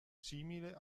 simile